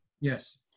yes